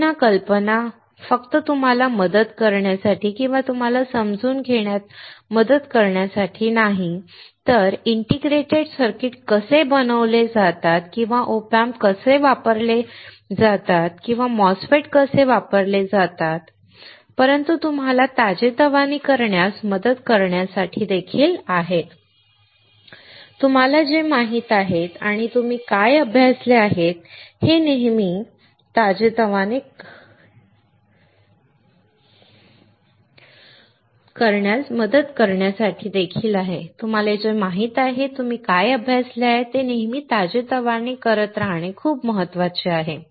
पुन्हा कल्पना फक्त तुम्हाला मदत करण्यासाठी किंवा तुम्हाला समजून घेण्यात मदत करण्यासाठी नाही तर इंटिग्रेटेड सर्किट्स कसे बनवले जातात किंवा OP Amps कसे वापरले जातात किंवा MOSFETS कसे वापरले जातात परंतु तुम्हाला ताजेतवाने करण्यात मदत करण्यासाठी देखील आहे तुम्हाला जे माहित आहे आणि तुम्ही काय अभ्यासले आहे ते नेहमी ताजेतवाने करत राहणे खूप महत्वाचे आहे